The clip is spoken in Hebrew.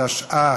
התשע"ח